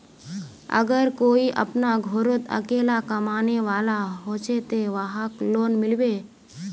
अगर कोई अपना घोरोत अकेला कमाने वाला होचे ते वहाक लोन मिलबे?